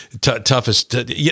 Toughest